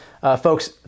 folks